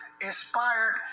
inspired